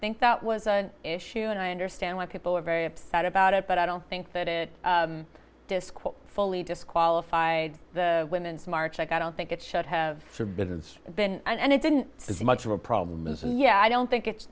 think that was an issue and i understand why people are very upset about it but i don't think that it disquiet fully disqualified the women's march i don't think it should have been and it didn't see much of a problem is yeah i don't think it's